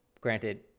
Granted